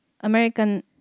American